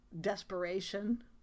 Desperation